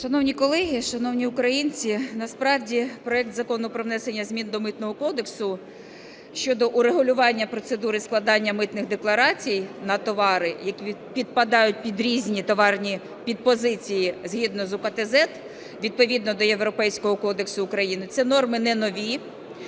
Шановні колеги, шановні українці! Насправді проект Закону про внесення змін до Митного кодексу щодо урегулювання процедури складання митних декларацій на товари, які підпадають під різні товарні під позиції, згідно з УКТЗЕД, відповідно до Європейського кодексу України, – це норми не нові.